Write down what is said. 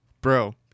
Bro